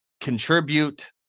contribute